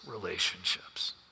relationships